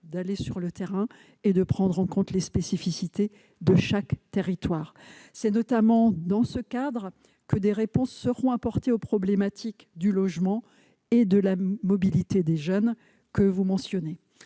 : aller sur le terrain et prendre en compte les spécificités de chaque territoire. C'est notamment dans ce cadre que des réponses seront apportées aux problématiques du logement et de la mobilité des jeunes que vous mentionnez.